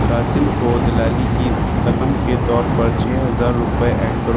قاسم کو دلالی کی رقم کے طور پر چھ ہزار روپیے ایڈ کرو